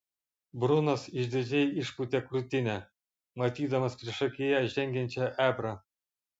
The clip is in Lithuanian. brunas išdidžiai išpūtė krūtinę matydamas priešakyje žengiančią ebrą